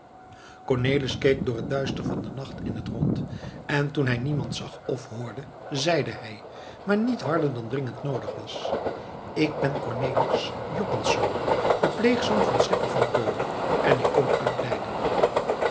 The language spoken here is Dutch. cornelis keek door het duister van den nacht in het rond en toen hij niemand zag of hoorde zeide hij maar niet harder dan dringend noodig was ik ben cornelis joppensz de pleegzoon van schipper van keulen en ik kom uit leiden